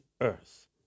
earth